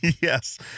yes